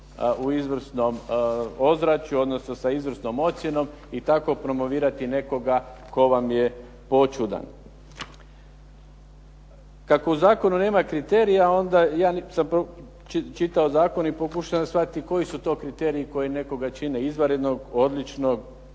izvrsnom ozračju odnosno sa izvrsnom ocjenom i tako promovirati nekoga tko vam je poćudan. Kako u zakonu nema kriterija onda ja niti sam čitao zakon i pokušavam shvatiti koji su kriteriji koji nekoga čine izvanrednom, odličnom,